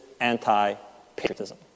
anti-patriotism